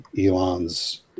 Elon's